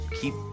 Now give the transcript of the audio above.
keep